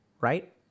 right